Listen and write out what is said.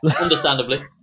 Understandably